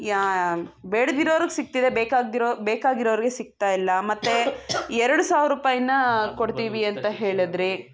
ಯಾ ಬೇಡ್ದಿರೋರಿಗೆ ಸಿಗ್ತಿದೆ ಬೇಕಾಗದಿರೋ ಬೇಕಾಗಿರೋವ್ರಿಗೆ ಸಿಗ್ತಾ ಇಲ್ಲ ಮತ್ತು ಎರಡು ಸಾವಿರ ರೂಪಾಯ್ನಾ ಕೊಡ್ತೀವಿ ಅಂತ ಹೇಳಿದ್ರಿ